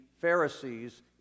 Pharisees